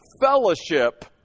fellowship